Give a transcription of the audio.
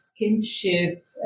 kinship